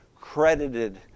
credited